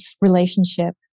relationship